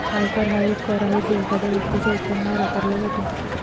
आयकर हा एक कर आहे जो एखाद्या व्यक्तीच्या उत्पन्नावर आकारला जातो